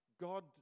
God